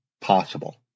possible